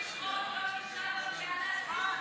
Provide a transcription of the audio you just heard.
לסעיף הבא שעל סדר-היום,